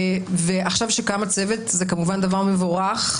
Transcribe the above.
ועכשיו שקם הצוות, זה כמובן דבר מבורך.